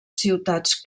ciutats